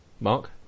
Mark